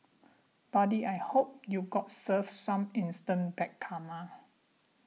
buddy I hope you got served some instant bad karma